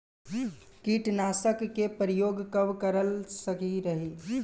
कीटनाशक के प्रयोग कब कराल सही रही?